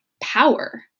power